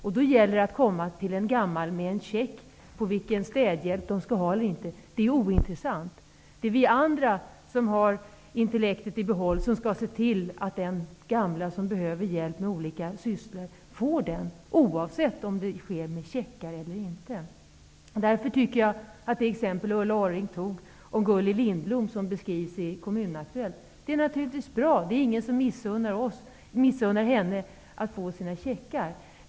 Då duger det inte att komma med en check med vilken de kan välja vilken städhjälp de vill ha eller inte. För dem är detta ointressant. Det är vi andra, som har intellektet i behåll, som skall se till att den gamla som behöver hjälp med olika sysslor får den, oavsett om det sker med checkar eller inte. Det exempel Ulla Orring tog, som beskrevs i Kommunaktuellt, är naturligtvis bra. Det är ingen som missunnar henne att få sina checkar.